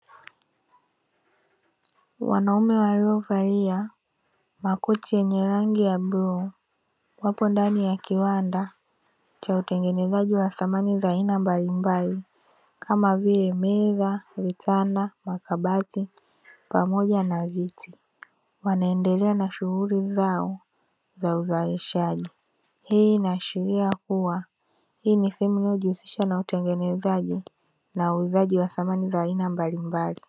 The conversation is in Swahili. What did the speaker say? Wanaume waliovalia makoti yenye rangi ya bluu, wako ndani ya kiwanda cha utengenezaji wa samani za aina mbalimbali kama vile meza, vitanda, makabati pamoja na viti wanaendelea na shughuli zao za uzalishaji. Hii inaashiria kuwa hii ni sehemu inayojihusisha na utengenezaji na uuzaji wa samani za aina mbalimbali.